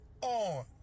on